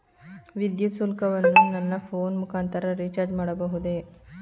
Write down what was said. ವಿದ್ಯುತ್ ಶುಲ್ಕವನ್ನು ನನ್ನ ಫೋನ್ ಮುಖಾಂತರ ರಿಚಾರ್ಜ್ ಮಾಡಬಹುದೇ?